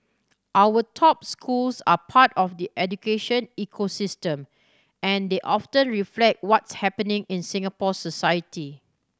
our top schools are part of the education ecosystem and they often reflect what's happening in Singapore society